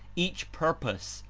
each purpose,